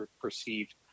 perceived